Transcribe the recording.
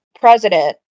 president